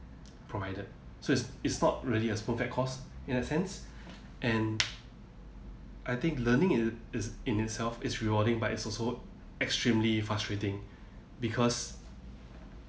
provided so it's it's not really as a perfect course in a sense and I think learning it is in itself is rewarding but it's also extremely frustrating because